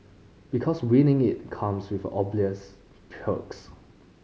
because winning it comes with obvious perks